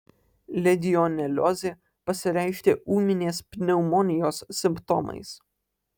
legioneliozė pasireiškia ūminės pneumonijos simptomais